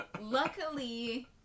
luckily